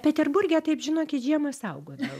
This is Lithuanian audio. peterburge taip žinokit žiemą saugodavo